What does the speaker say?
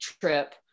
trip